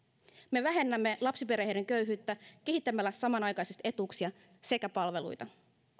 me vähennämme lapsiperheiden köyhyyttä kehittämällä samanaikaisesti etuuksia sekä palveluita